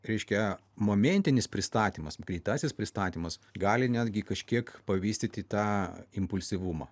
reiškia momentinis pristatymas greitasis pristatymas gali netgi kažkiek pavystyti tą impulsyvumą